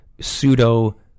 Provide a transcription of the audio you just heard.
pseudo